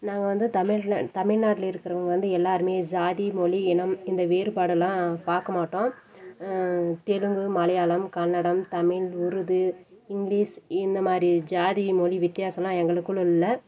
நாங்கள் வந்து தமிழக தமிழ்நாட்டில் இருக்கிறவங்க வந்து எல்லாேருமே ஜாதி மொழி இனம் இந்த வேறுபாடு எல்லாம் பார்க்க மாட்டோம் தெலுங்கு மலையாளம் கன்னடம் தமிழ் உருது இங்கிலிஷ் இந்த மாதிரி ஜாதி மொழி வித்தியாசமெலாம் எங்களுக்குள்ளே இல்லை